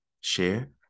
share